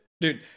dude